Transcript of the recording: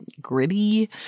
gritty